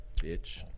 Bitch